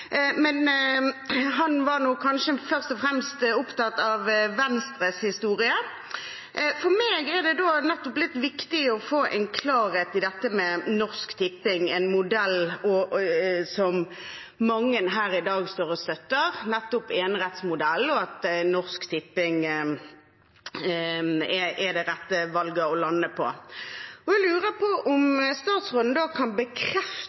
Men han var kanskje først og fremst opptatt av Venstres historie. For meg er det da litt viktig å få en klarhet i dette med Norsk Tipping – en modell som mange her i dag står og støtter, nettopp enerettsmodellen og at Norsk Tipping er det rette valget å lande på. Jeg lurer på om statsråden da kan bekrefte